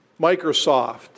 Microsoft